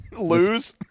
Lose